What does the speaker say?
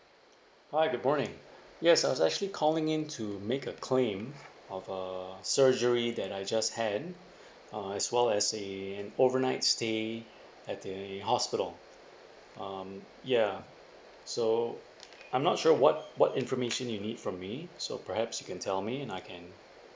hi good morning yes I was actually calling in to make a claim of a surgery that I just had uh as well as a overnight stay at the hospital um ya so I'm not sure what what information you need from me so perhaps you can tell me and I can